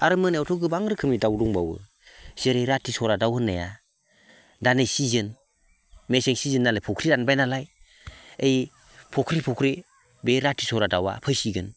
आरो मोनायावथ' गोबां रोखोमनि दाउ दंबावो जेरै रातिसरा दाउ होननाया दा नै सिजोन मेसें सिजोन नालाय फुख्रि रानबाय नालाय ओइ फख्रि फख्रि बे रातिसरा दाउआ फैसिगोन